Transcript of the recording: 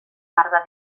barba